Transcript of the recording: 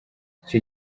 icyo